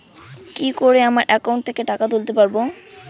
কি করে আমার একাউন্ট থেকে টাকা তুলতে পারব?